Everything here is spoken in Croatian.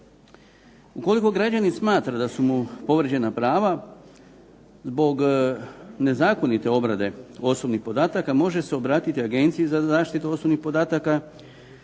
Ukoliko građanin smatra da su mu povređena prava, zbog nezakonite obrade osobnih podataka može se obratiti Agenciji za zaštitu osobnih podataka,